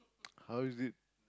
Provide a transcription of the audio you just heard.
how is it